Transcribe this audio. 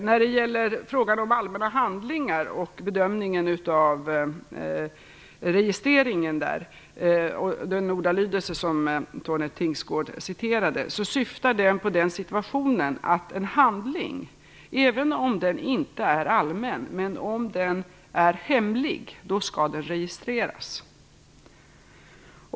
När det gäller frågan om allmänna handlingar och bedömningen av registreringen återgav Tone Tingsgård en ordalydelse. Den syftar på den situation då en handling inte är allmän men är hemlig. Då skall den registreras.